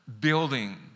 building